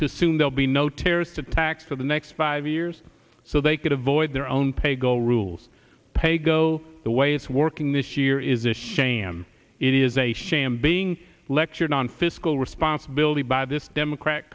to soon they'll be no terrorist attack for the next five years so they can avoid their own pay go rules pay go the way it's working this year is a shame it is a shame being lectured on fiscal responsibility by this democratic